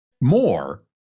more